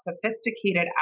sophisticated